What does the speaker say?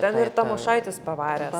ten ir tamošaitis pavaręs